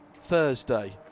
Thursday